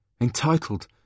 Entitled